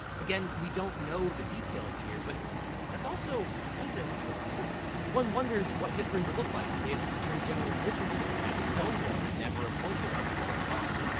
again, we don't know the details here, but that's also kind of the point. one wonders what history would look like if attorney general richardson had stonewalled and never appointed archibald cox.